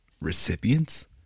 recipients